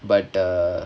but err